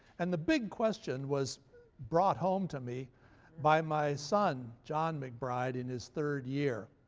and the big question was brought home to me by my son, john mcbride, in his third year.